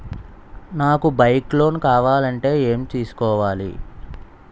నాకు bike loan కావాలంటే ఎలా తీసుకోవాలి?